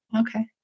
Okay